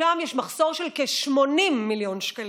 שם יש מחסור של כ-80 מיליון שקלים.